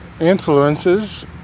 influences